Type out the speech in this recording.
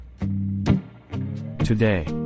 today